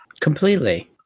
Completely